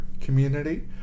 community